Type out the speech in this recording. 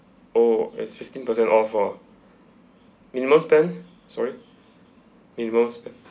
oh it's fifteen percent off ah minimum spend sorry minimum spend